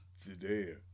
Today